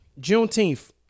Juneteenth